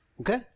Okay